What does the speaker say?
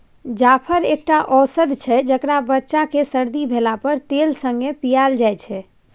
जाफर एकटा औषद छै जकरा बच्चा केँ सरदी भेला पर तेल संगे पियाएल जाइ छै